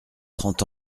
trente